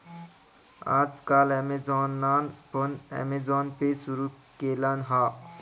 आज काल ॲमेझॉनान पण अँमेझॉन पे सुरु केल्यान हा